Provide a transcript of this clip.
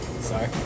Sorry